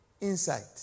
insight